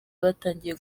batangiye